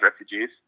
refugees